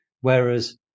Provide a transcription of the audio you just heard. Whereas